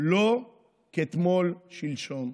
לא כתמול שלשום.